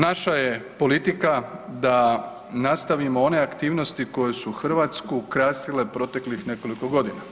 Naša je politika da nastavimo one aktivnosti koje su Hrvatsku krasile proteklih nekoliko godina.